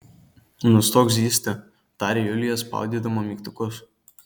nustok zyzti tarė julija spaudydama mygtukus